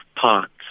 parts